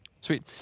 Sweet